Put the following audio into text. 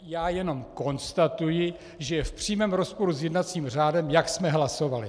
Já jenom konstatuji, že je v přímém rozporu s jednacím řádem, jak jsme hlasovali.